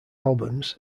albums